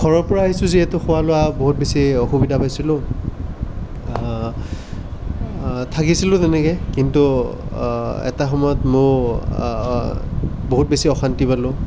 ঘৰৰ পৰা আহিছোঁ যিহেতু খোৱা লোৱা বহুত বেছি অসুবিধা পাইছিলোঁ থাকিছিলোঁ তেনেকৈ কিন্তু এটা সময়ত মইও বহুত বেছি অশান্তি পালোঁ